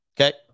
Okay